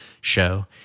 show